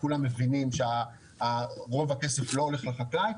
כולם מבינים שרוב הכסף לא הולך לחקלאי,